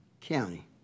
county